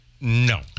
No